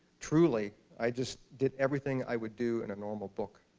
truly, i just did everything i would do in a normal book